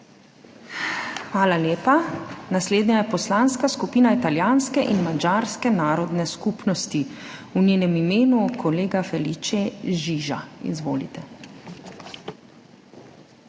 Hvala lepa. Naslednja je Poslanska skupina italijanske in madžarske narodne skupnosti, v njenem imenu kolega Felice Žiža. Izvolite.